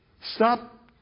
Stop